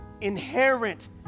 inherent